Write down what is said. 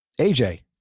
AJ